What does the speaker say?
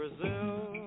Brazil